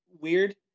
weird